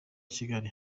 kigali